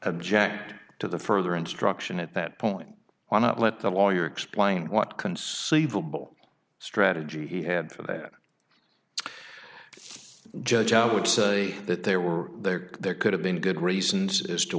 object to the further instruction at that point on it let the lawyer explain what conceivable strategy he had for that judge i would say that there were there there could have been good reasons as to